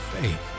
faith